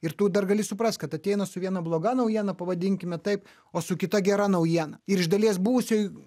ir tu dar gali suprast kad ateina su viena bloga naujiena pavadinkime taip o su kita gera naujiena ir iš dalies buvusioj